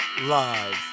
Live